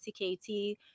CKT